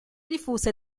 diffuse